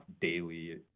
daily